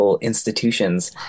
institutions